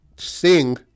Sing